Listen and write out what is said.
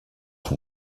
from